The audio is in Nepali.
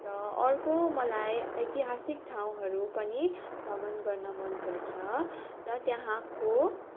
र अर्को मलाई ऐतिहासिक ठाउँहरू पनि भ्रमण गर्न मनपर्छ र त्यहाँको